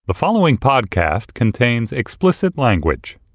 the following podcast contains explicit language